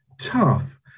tough